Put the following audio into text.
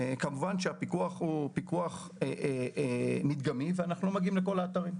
כמובן שהפיקוח הוא מדגמי ואנחנו לא מגיעים לכל האתרים.